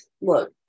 look